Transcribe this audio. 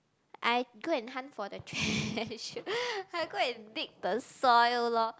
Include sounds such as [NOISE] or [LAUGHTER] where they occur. I go and hunt for the treasure [BREATH] I go and dig the soil lor